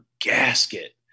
gasket